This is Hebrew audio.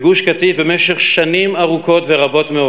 בגוש-קטיף, במשך שנים ארוכות ורבות מאוד